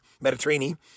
Mediterranean